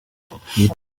yitabiriwe